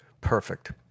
Perfect